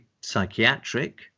psychiatric